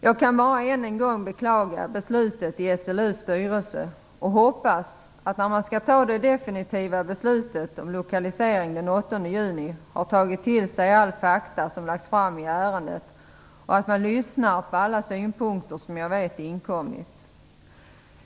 Jag kan bara än en gång beklaga beslutet i SLU:s styrelse, och jag hoppas att man, när man den 8 juni skall fatta det definitiva beslutet om lokalisering, har tagit till sig alla fakta som har lagts fram i ärendet och att man har lyssnat till alla synpunkter som har inkommit.